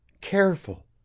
careful